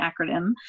acronym